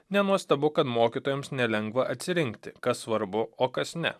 nenuostabu kad mokytojams nelengva atsirinkti kas svarbu o kas ne